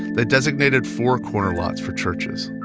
they designated four corner lots for churches,